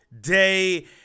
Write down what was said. day